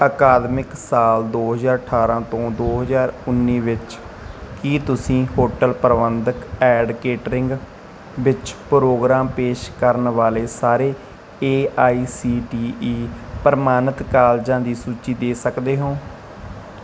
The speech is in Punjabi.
ਅਕਾਦਮਿਕ ਸਾਲ ਦੋ ਹਜ਼ਾਰ ਅਠਾਰਾਂ ਤੋਂ ਦੋ ਹਜ਼ਾਰ ਉੱਨੀ ਵਿੱਚ ਕੀ ਤੁਸੀਂ ਹੋਟਲ ਪ੍ਰਬੰਧਨ ਐਂਡ ਕੇਟਰਿੰਗ ਵਿੱਚ ਪ੍ਰੋਗਰਾਮ ਪੇਸ਼ ਕਰਨ ਵਾਲੇ ਸਾਰੇ A I C T E ਪ੍ਰਵਾਨਿਤ ਕਾਲਜਾਂ ਦੀ ਸੂਚੀ ਦੇ ਸਕਦੇ ਹੋ